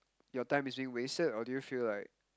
your time is being wasted or do you feel like